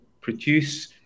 produce